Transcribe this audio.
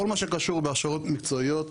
כל מה שקשור בהכשרות מקצועיות,